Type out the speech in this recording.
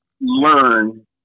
learn